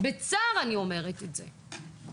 אני אומרת את זה בצער.